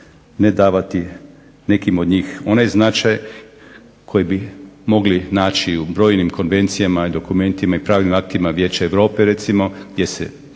ne davati nekim od njih onaj značaj koji bi mogli naći u brojnim konvencijama i dokumentima i pravnim aktima Vijeća Europe recimo gdje se